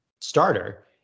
starter